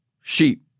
sheep